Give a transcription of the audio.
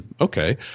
okay